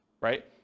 right